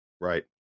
Right